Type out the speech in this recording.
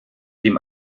dem